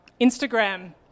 Instagram